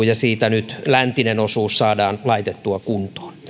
ja siitä nyt läntinen osuus saadaan laitettua kuntoon